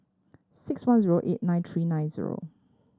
six one zero eight nine three nine zero